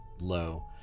low